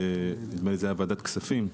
נדמה לי שזה היה בוועדת הכספים,